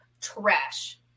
Trash